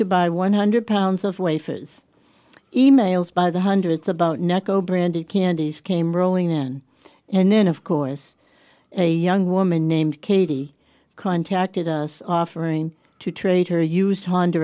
to buy one hundred pounds of wafers e mails by the hundreds about necco brandy candies came rolling in and then of course a young woman named katie contacted us offering to trade her used honda